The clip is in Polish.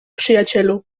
przyjacielu